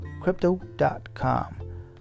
crypto.com